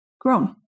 grown